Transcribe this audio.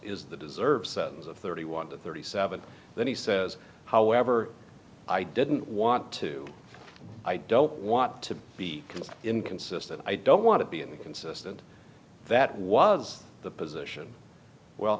is the deserves thirty one to thirty seven that he says however i didn't want to i don't want to be inconsistent i don't want to be inconsistent that was the position well